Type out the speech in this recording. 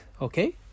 Okay